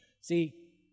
See